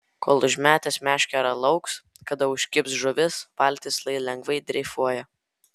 kol užmetęs meškerę lauks kada užkibs žuvis valtis lai lengvai dreifuoja